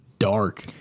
dark